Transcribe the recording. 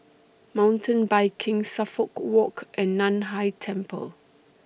Mountain Biking Suffolk Walk and NAN Hai Temple